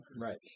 Right